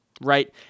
Right